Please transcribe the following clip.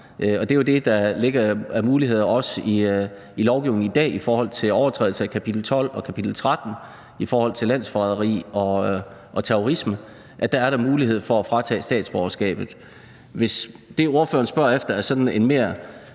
Det er jo det, der også ligger af muligheder i lovgivningen i dag ved overtrædelse af kapitel 12 og kapitel 13 om landsforræderi og terrorisme. Dér er der mulighed for at fratage statsborgerskabet. Hvis det, ordføreren spørger efter, er sådan en mere